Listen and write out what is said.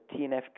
TNF